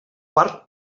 part